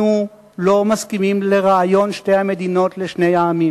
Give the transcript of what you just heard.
אנחנו לא מסכימים לרעיון שתי המדינות לשני העמים.